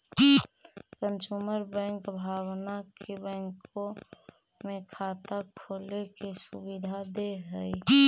consumer bank भावना के बैंकों में खाता खोले के सुविधा दे हइ